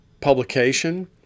publication